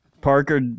parker